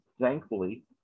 Thankfully